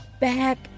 back